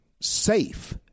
safe